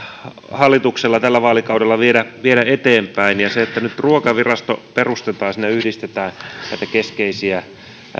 hallituksella tällä vaalikaudella viedä viedä eteenpäin ja se että nyt ruokavirasto perustetaan ja siinä yhdistetään näitä keskeisiä